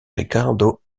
ricardo